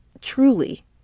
truly